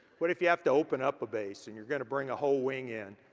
what if you have to open up a base and you're gonna bring a whole wing in?